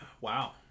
Wow